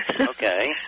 Okay